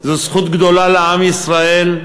זו זכות גדולה לעם ישראל,